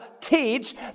teach